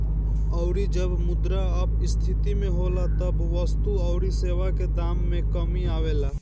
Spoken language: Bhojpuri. अउरी जब मुद्रा अपस्थिति में होला तब वस्तु अउरी सेवा के दाम में कमी आवेला